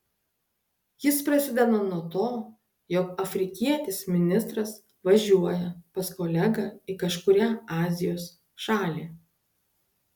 jis prasideda nuo to jog afrikietis ministras važiuoja pas kolegą į kažkurią azijos šalį